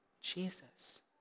Jesus